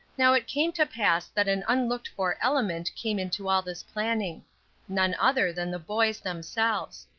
now it came to pass that an unlooked-for element came into all this planning none other than the boys themselves.